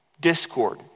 discord